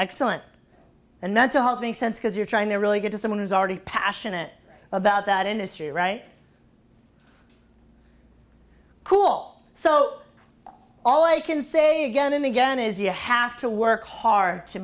excellent and that's a whole thing sense because you're trying to really get to someone who's already passionate about that industry right cool so all i can say again and again is you have to work hard to